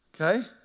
Okay